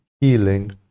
healing